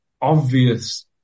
obvious